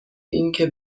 اینکه